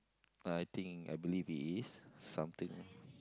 I think I believe it is something